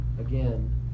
again